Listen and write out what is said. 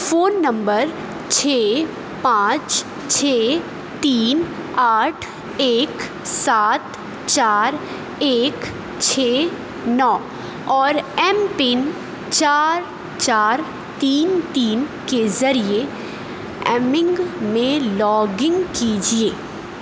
phone number چھ پانچ چھ تین آٹھ ایک سات چار ایک چھ نو اور ایم پن چار چار تین تین کے ذریعے امنگ میں لاگ ان کیجیے